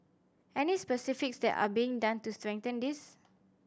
any specifics that are being done to strengthen this